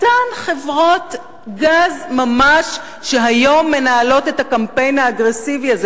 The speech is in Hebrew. אותן חברות גז ממש שהיום מנהלות את הקמפיין האגרסיבי הזה.